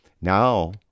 Now